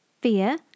fear